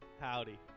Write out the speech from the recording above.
Howdy